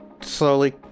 slowly